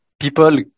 people